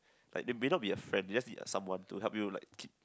like they may not be a friend just be a someone to help you like keep